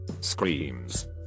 screams